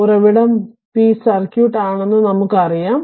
ഉറവിടം p circuit ആണെന്ന് നമുക്കറിയാം